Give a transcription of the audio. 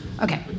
Okay